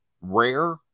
rare